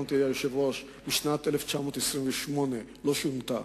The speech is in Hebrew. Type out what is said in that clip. אותי היושב-ראש, שמשנת 1928 לא שונתה.